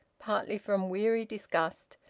partly from weary disgust,